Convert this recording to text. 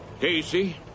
Casey